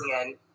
again